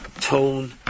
tone